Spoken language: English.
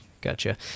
Gotcha